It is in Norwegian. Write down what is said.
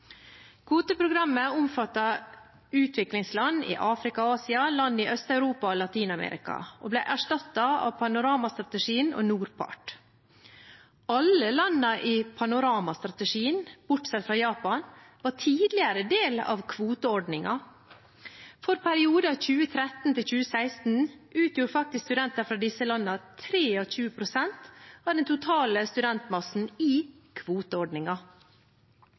Kvoteprogrammet omfattet utviklingsland i Afrika og Asia, land i Øst-Europa og Latin-Amerika og ble erstattet av Panorama-strategien og NORPART. Alle landene i Panorama-strategien, bortsett fra Japan, var tidligere en del av kvoteordningen. For perioden 2013–2016 utgjorde faktisk studenter fra disse landene 23 pst. av den totale studentmassen i